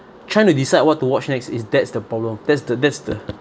trying to decide what to watch next is that's the problem that's the that's the